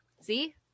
See